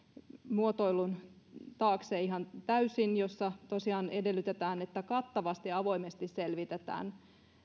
muotoilun taakse ihan täysin jossa tosiaan edellytetään että kattavasti ja avoimesti selvitetään